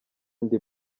ndi